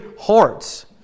hearts